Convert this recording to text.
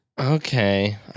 Okay